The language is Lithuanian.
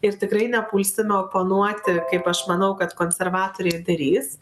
ir tikrai nepulsime oponuoti kaip aš manau kad konservatoriai darys